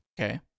Okay